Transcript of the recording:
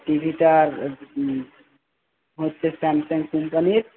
টিভিটা হচ্ছে স্যামসাং কোম্পানির